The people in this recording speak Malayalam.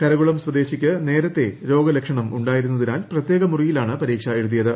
കരകുളം സ്വദേശിക്ക് നേരത്തെ രോഗ ലക്ഷണം ഉണ്ട്ടായിരുന്നതിനാൽ പ്രത്യേക മുറിയിലാണ് പരീക്ഷ എഴുതിയ്ത്